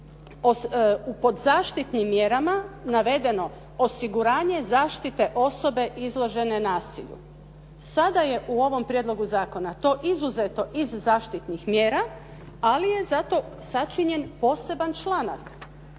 pod zaštitnim mjerama navedeno osiguranje zaštite osobe izložene nasilju. Sada je u ovom prijedlogu zakona to izuzeto iz zaštitnih mjera, ali je zato sačinjen poseban članak.